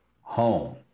home